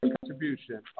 contribution